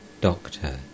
Doctor